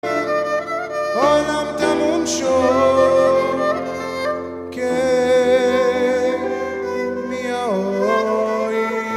אהלן תמונשהו כמיהו אוי